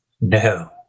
No